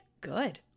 good